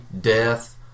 death